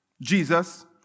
Jesus